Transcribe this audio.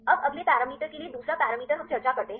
अब अगले पैरामीटर के लिए दूसरा पैरामीटर हम चर्चा करते हैं